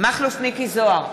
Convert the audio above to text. מכלוף מיקי זוהר,